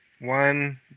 one